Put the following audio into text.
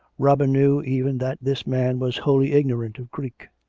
robin knew even that this man was wholly ignorant of greek